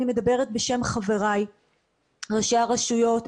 אני מדברת בשם חבריי ראשי הרשויות,